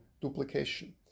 duplication